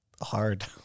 hard